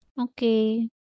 Okay